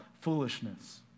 foolishness